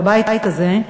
בבית הזה,